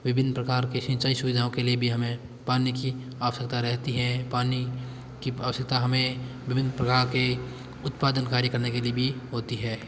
विभिन्न प्रकार की सिंचाई सुविधाओं के लिए भी हमें पानी की आवश्यकता रहती है पानी की आवश्यकता हमें विभिन्न प्रकार के उत्पादन कार्य करने के लिए भी होती है